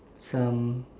some